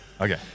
Okay